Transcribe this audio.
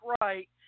right